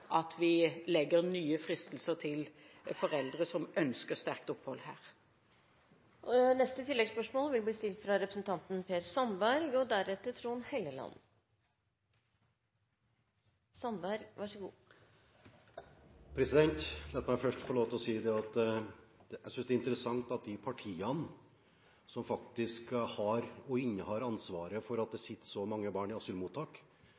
at vi legger nye fristelser til foreldre som sterkt ønsker opphold her. Per Sandberg – til oppfølgingsspørsmål. La meg først få si at jeg synes det er interessant at de partiene som faktisk innehar ansvaret for at det sitter så mange barn i asylmottak,